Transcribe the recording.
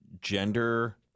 gender